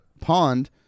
pond